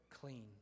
clean